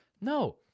no